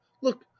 look